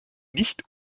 nicht